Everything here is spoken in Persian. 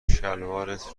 شلوارت